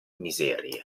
miserie